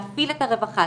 להפעיל את הרווחה,